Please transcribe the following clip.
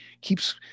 keeps